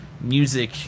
music